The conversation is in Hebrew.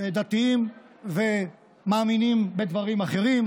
דתיים ומאמינים בדברים אחרים.